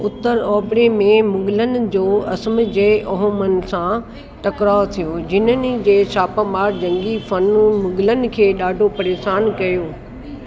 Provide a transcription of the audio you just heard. उत्तर ओभिरि में मुलनि जो असम जे अहोमनि सां टकराउ थियो जिन्हनि जे छापामार जंगी फनु मुग़लनि खे ॾाढो परेशानु कयो